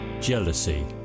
Jealousy